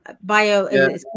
bio